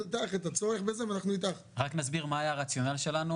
רק נסביר מה היה הרציונל שלנו,